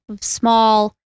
small